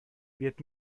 wird